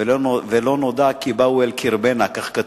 "ולא נודע כי באו אל קרבנה", כך כתוב,